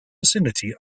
vicinity